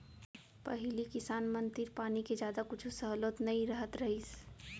पहिली किसान मन तीर पानी के जादा कुछु सहोलत नइ रहत रहिस